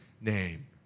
name